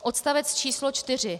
Odstavec číslo 4.